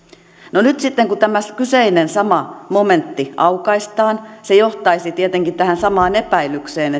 no nyt sitten kun tämä kyseinen sama momentti aukaistaan se johtaisi tietenkin tähän samaan epäilykseen